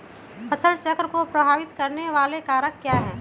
फसल चक्र को प्रभावित करने वाले कारक क्या है?